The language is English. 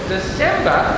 December